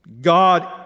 God